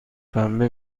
پنبه